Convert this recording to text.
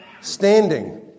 standing